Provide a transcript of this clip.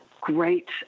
great